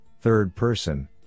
third-person